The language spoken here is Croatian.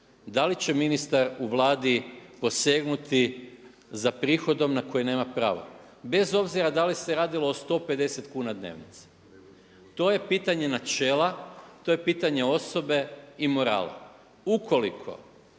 da li će ministar u Vladi posegnuti za prihodom na koji nema pravo, bez obzira da li se radilo o 150 kuna dnevnice. To je pitanje načela, to je pitanje osobe i morala. Ukoliko,